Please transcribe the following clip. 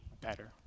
better